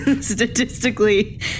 statistically